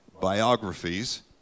biographies